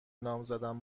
نامزدم